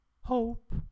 Hope